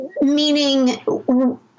Meaning